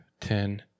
ten